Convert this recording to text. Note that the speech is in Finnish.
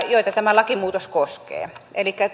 joita tämä lakimuutos koskee elikkä